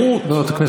דבר על הקרמיקה.